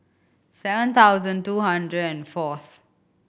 seven thousand two hundred and fourth